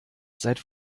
seit